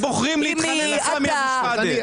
אתם בוחרים להתחנן לסמי אבו שחאדה.